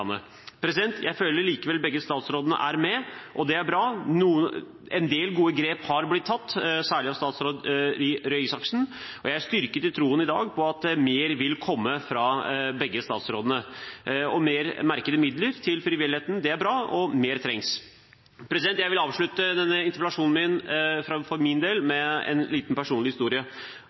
Jeg føler likevel at begge statsrådene er med, og det er bra. En del gode grep har blitt tatt, særlig av statsråd Røe Isaksen, og jeg er i dag styrket i troen på at mer vil komme fra begge statsrådene. Mer øremerkede midler til frivilligheten er bra, og mer trengs. Jeg vil avslutte denne interpellasjonen min – for min del – med en liten personlig historie.